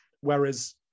Whereas